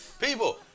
People